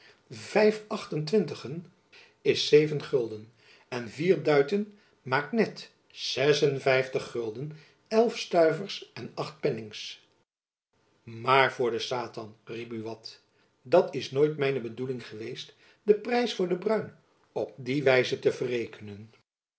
acht-en-twintigen is zeven gulden en vier duiten maakt net zes gulden elf stuivers en acht penning aar voor den satan riep buat dat is nooit mijne bedoeling geweest den prijs voor den bruin op die wijze te verrekenen